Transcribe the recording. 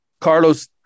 Carlos